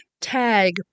tag